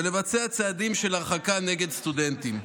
ולבצע צעדים של הרחקה נגד סטודנטים.